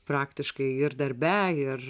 praktiškai ir darbe ir